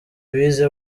bize